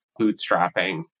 bootstrapping